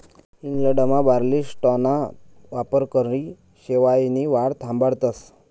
इंग्लंडमा बार्ली स्ट्राॅना वापरकरी शेवायनी वाढ थांबाडतस